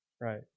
Right